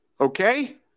Okay